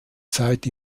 zeit